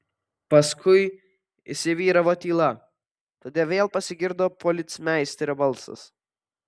paskui įsivyravo tyla tada vėl pasigirdo policmeisterio balsas